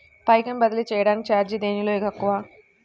పైకం బదిలీ చెయ్యటానికి చార్జీ దేనిలో తక్కువ?